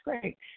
great